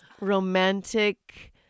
Romantic